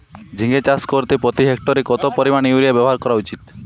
ঝিঙে চাষ করতে প্রতি হেক্টরে কত পরিমান ইউরিয়া ব্যবহার করা উচিৎ?